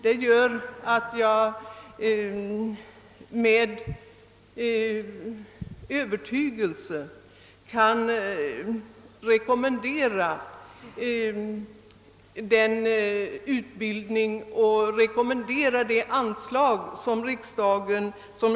Detta gör att jag med övertygelse kan rekommendera den utbildning som där äger rum.